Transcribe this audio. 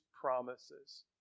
promises